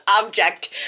object